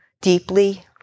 deeply